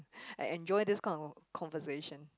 I enjoy this kind of conversation